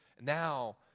Now